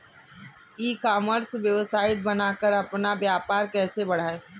ई commerce website बनाकर अपना व्यापार कैसे बढ़ाएँ?